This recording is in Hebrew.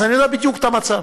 אז אני יודע בדיוק את המצב.